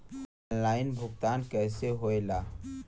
Online भुगतान कैसे होए ला?